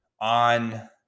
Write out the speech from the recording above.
on